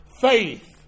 faith